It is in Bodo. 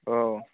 औ